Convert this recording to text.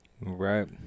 Right